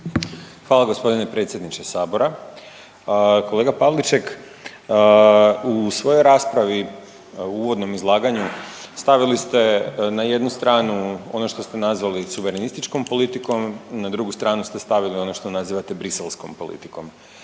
Hvala gospodine predsjedniče Sabora. Kolega Pavliček u svojoj raspravi u uvodnom izlaganju stavili ste na jednu stranu ono što ste nazvali suverenističkom politikom, na drugu stranu ste stavili ono što nazivate briselskom politikom.